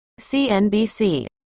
CNBC